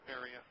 area